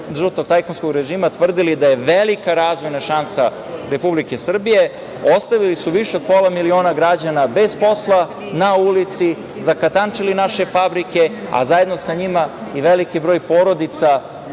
žutog tajkunskog režima tvrdili da je velika razvojna šansa Republike Srbije, su ostavili više od pola miliona građana bez posla, na ulici, zakatančili naše fabrike, a zajedno sa njima i veliki broj porodica